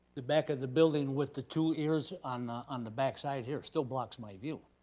the back of the building with the two ears on the on the back side here still blocks my view,